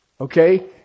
Okay